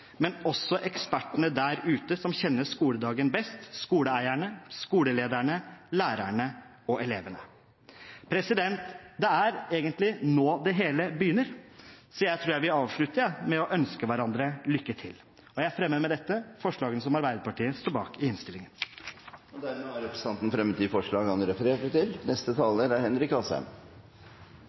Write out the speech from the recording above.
men også ekspertene der ute som kjenner skoledagen best: skoleeierne, skolelederne, lærerne og elevene. Det er egentlig nå det hele begynner, så jeg vil avslutte med å si at vi ønsker hverandre lykke til. Jeg fremmer med dette forslagene som Arbeiderpartiet står bak i innstillingen. Representanten Christian Tynning Bjørnø har tatt opp de forslagene han refererte til Meld. St. 28 for 2015–2016 er